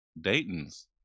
Dayton's